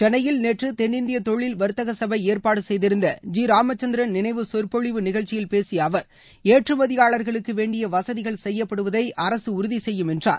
சென்னையில் நேற்று தென்னிந்திய தொழில் வர்த்தக சபை ஏற்பாடு செய்திருந்த ஜி ராமச்சந்திரன் நினைவு சொற்பொழிவு நிகழ்ச்சியில் பேசிய அவர் ஏற்றுமதியாளர்களுக்கு செய்யப்படுவதை அரசு உறுதி செய்யும் என்றார்